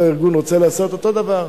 אותו ארגון צריך לעשות, אותו דבר.